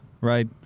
right